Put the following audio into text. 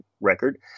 record